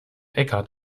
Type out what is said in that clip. eckhart